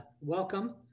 Welcome